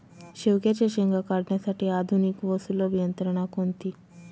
शेवग्याच्या शेंगा काढण्यासाठी आधुनिक व सुलभ यंत्रणा कोणती?